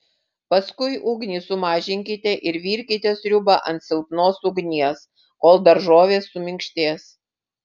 paskui ugnį sumažinkite ir virkite sriubą ant silpnos ugnies kol daržovės suminkštės